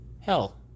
Hell